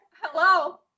Hello